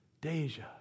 Deja